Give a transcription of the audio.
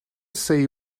see